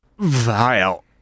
vile